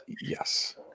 yes